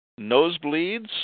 Nosebleeds